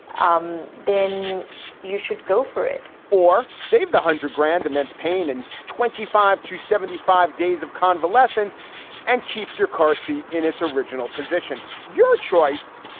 um then you should go for it or save the hundred grand, immense pain and twenty five to seventy five days of convalescence and keep your car seat in its original position. your choice,